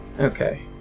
Okay